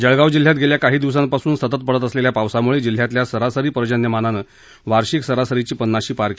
जळगाव जिल्ह्यात गेल्या काही दिवसापासून सतत पडत असलेल्या पावसाम्ळे जिल्ह्यातल्या सरासरी पर्जन्यमानानं वार्षिक सरासरीची पन्नाशी पार केली आहे